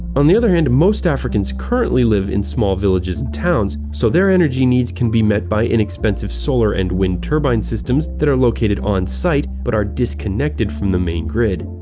on the other hand, most africans currently live in small villages and towns, so their energy needs can be met by inexpensive solar and wind turbine systems that are located on-site, but are disconnected from the main grid.